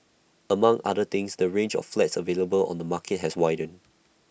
among other things the range of flats available on the market has widened